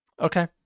Okay